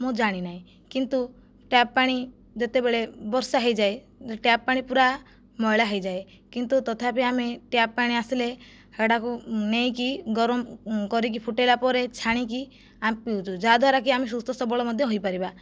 ମୁଁ ଜାଣିନାହିଁ କିନ୍ତୁ ଟ୍ୟାପ ପାଣି ଯେତେବେଳେ ବର୍ଷା ହୋଇଯାଏ ଟ୍ୟାପ ପାଣି ପୁରା ମଇଳା ହୋଇଯାଏ କିନ୍ତୁ ତଥାପି ଆମେ ଟ୍ୟାପ ପାଣି ଆସିଲେ ସେଟାକୁ ନେଇକି ଗରମ କରିକି ଫୁଟାଇଲା ପରେ ଛାଣିକି ଆମେ ପିଉଛୁ ଯାହାଦ୍ଵାରା କି ଆମେ ସୁସ୍ଥସବଳ ମଧ୍ୟ ହୋଇ ପାରିବା